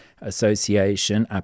Association